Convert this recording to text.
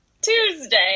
Tuesday